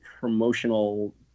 promotional